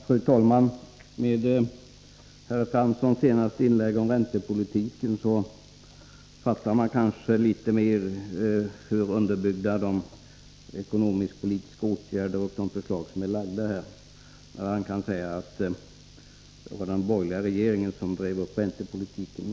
Fru talman! Efter Jan Franssons senaste inlägg om räntepolitik förstår man litet bättre hur det är med underbyggnaden när det gäller de förslag till ekonomiska åtgärder som nu framlagts. Arne Fransson påstår att det var den borgerliga regeringen som drev upp räntorna.